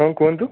ହଁ କୁହନ୍ତୁ